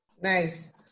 Nice